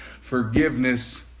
forgiveness